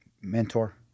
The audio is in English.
mentor